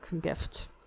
gift